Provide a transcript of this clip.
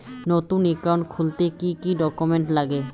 নতুন একাউন্ট খুলতে কি কি ডকুমেন্ট লাগে?